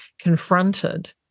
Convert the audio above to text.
confronted